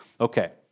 Okay